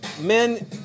Men